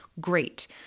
great